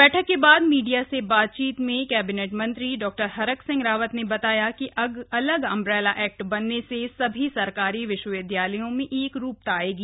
बैठक के बाद मीडिया से बातचीत में काबीना मंत्री डॉ हरक सिंह रावत ने बताया कि अलग अंब्रेला एक्ट बनने से सभी सरकारी विश्वविद्यालयों में एकरूपता आएगी